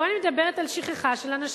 פה אני מדברת על שכחה של אנשים.